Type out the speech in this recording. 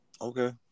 Okay